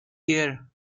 year